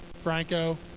Franco